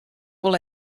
wol